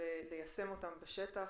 ליישם אותם בשטח,